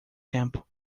tempo